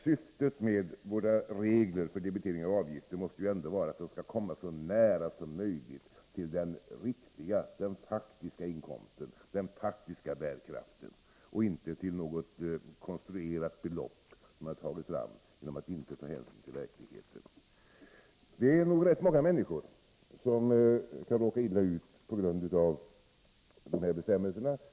Syftet med våra regler för debitering av avgifter måste vara att man skall komma den faktiska inkomsten — den faktiska bärkraften, inte något konstruerat belopp som man har tagit fram genom att inte ta hänsyn till verkligheten — så nära som möjligt. Det är nog rätt många människor som kan råka illa ut på grund av dessa bestämmelser.